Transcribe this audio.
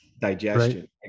digestion